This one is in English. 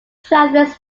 travelers